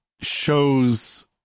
shows